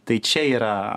tai čia yra